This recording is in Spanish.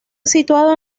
situado